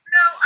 no